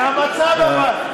זה המצב, אבל.